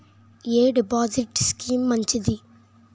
ఎ deposit scheme మంచిది?